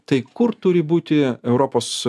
tai kur turi būti europos